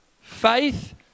Faith